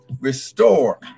Restore